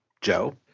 Joe